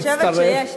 אני חושבת שיש,